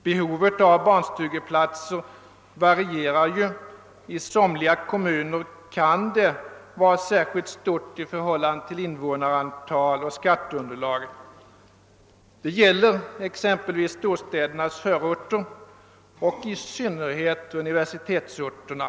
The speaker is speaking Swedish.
Behovet av barnstugeplatser varierar ju; i somliga kommuner kan det vara särskilt stort i förhållande till invånarantal och skatteunderlag. Detta gäller exempelvis storstädernas förorter men i synnerhet universitetsorterna.